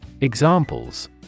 Examples